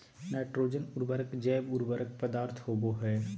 nitrogen उर्वरक जैव उर्वरक पदार्थ होबो हइ